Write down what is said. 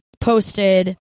posted